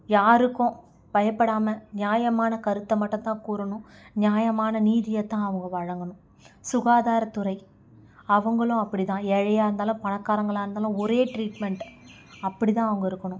யாருக்கும் பயப்படாமல் நியாயமான கருத்தை மட்டுத்தான் கூறணும் நியாயமான நீதியைத்தான் அவங்க வழங்கணும் சுகாதாரத்துறை அவங்களும் அப்படிதான் ஏழையாக இருந்தாலும் பணக்காரங்களாக இருந்தாலும் ஒரே ட்ரீட்மெண்ட் அப்படிதான் அவங்க இருக்கணும்